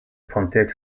pontiac